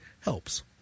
Helps